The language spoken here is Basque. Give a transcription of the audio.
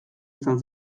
izan